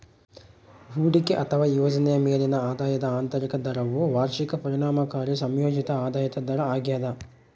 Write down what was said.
ಹೂಡಿಕೆ ಅಥವಾ ಯೋಜನೆಯ ಮೇಲಿನ ಆದಾಯದ ಆಂತರಿಕ ದರವು ವಾರ್ಷಿಕ ಪರಿಣಾಮಕಾರಿ ಸಂಯೋಜಿತ ಆದಾಯ ದರ ಆಗ್ಯದ